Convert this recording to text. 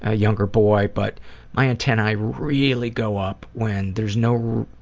ah younger boy but my antennae really go up when there's no